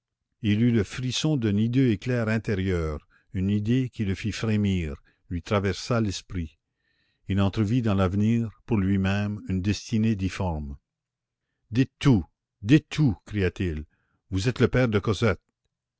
eut le frisson d'un hideux éclair intérieur une idée qui le fit frémir lui traversa l'esprit il entrevit dans l'avenir pour lui-même une destinée difforme dites tout dites tout cria-t-il vous êtes le père de cosette